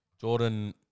Jordan